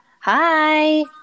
Hi